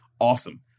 awesome